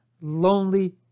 lonely